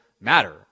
matter